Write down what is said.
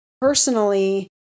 personally